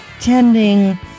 tending